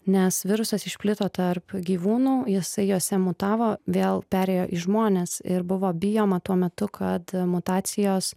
nes virusas išplito tarp gyvūnų jisai jose mutavo vėl perėjo į žmones ir buvo bijoma tuo metu kad mutacijos